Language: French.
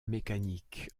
mécanique